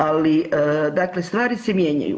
Ali, dakle stvari se mijenjaju.